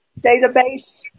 database